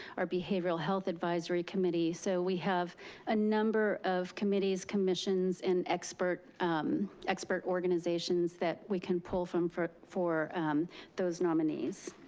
our behavioral health advisory committee, so we have a number of committees, commissions and expert expert organizations that we can pull from for for those nominees.